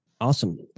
awesome